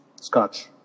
scotch